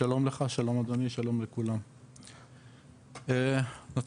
שלום לך, שלום אדוני, שלום לכולם, נתחיל.